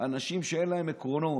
אנשים שאין להם עקרונות.